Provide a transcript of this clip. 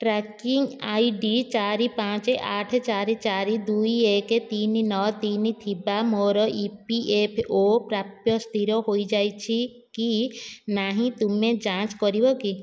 tracking I D ଚାରି ପାଞ୍ଚ ଆଠ ଚାରି ଚାରି ଦୁଇ ଏକ ତିନି ନଅ ତିନି ଥିବା ମୋର ଇ ପି ଏଫ୍ ଓ ପ୍ରାପ୍ୟ ସ୍ଥିର ହୋଇଯାଇଛି କି ନାହିଁ ତୁମେ ଯାଞ୍ଚ କରିବ କି